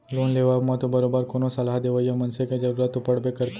loan लेवब म तो बरोबर कोनो सलाह देवइया मनसे के जरुरत तो पड़बे करथे